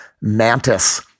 Mantis